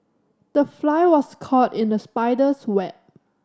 the fly was caught in the spider's web